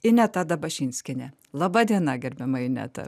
ineta dabašinskienė laba diena gerbiama ineta